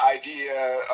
idea